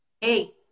hey